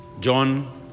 John